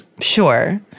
Sure